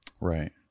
Right